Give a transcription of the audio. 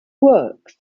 works